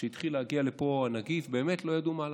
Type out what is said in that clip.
שכשהתחיל להגיע לפה הנגיף באמת לא ידעו מה לעשות.